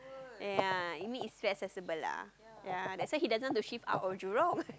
ya I mean it's so accessible lah ya that's why he doesn't want to shift out of Jurong